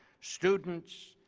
students,